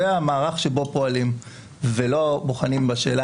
זה המערך שבו פועלים ולא בוחנים בשאלה